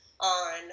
on